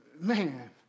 Man